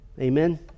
amen